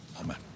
Amen